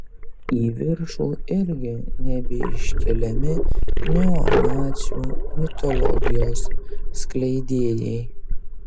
į viršų irgi nebeiškeliami neonacių mitologijos skleidėjai